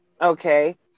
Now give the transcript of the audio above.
okay